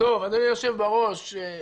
אדוני יושב-בראש,